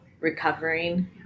recovering